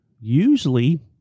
usually